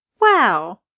Wow